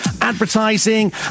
advertising